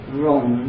wrong